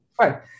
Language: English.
Right